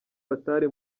batari